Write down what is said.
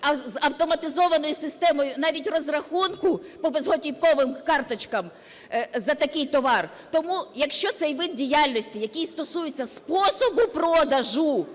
автоматизовану систему навіть розрахунку по безготівковим карточкам за такий товар. Тому, якщо цей вид діяльності, який стосується способу продажу,